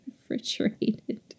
refrigerated